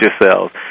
yourselves